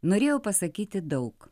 norėjau pasakyti daug